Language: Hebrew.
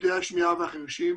כבדי השמיעה והחירשים.